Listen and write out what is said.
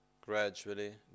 gradually